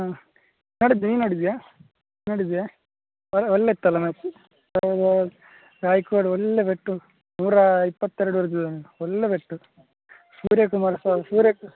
ಹ್ಞೂ ನೋಡಿದೆ ನೀ ನೋಡಿದೆಯಾ ನೋಡಿದೆಯಾ ಒಳ್ಳೆ ಇತ್ತಲ ಮ್ಯಾಚ್ ಹೌದೌದು ರಾಯ್ಕೋಡ್ ಒಳ್ಳೆ ಪೆಟ್ಟು ನೂರಾ ಇಪ್ಪತ್ತೆರಡು ಹೊಡ್ಡಿದ್ದಾನೆ ಒಳ್ಳೆ ಪೆಟ್ಟು ಸೂರ್ಯ ಕುಮಾರ್ ಸಹ ಸೂರ್ಯ